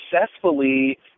successfully